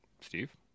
Steve